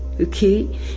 okay